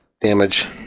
damage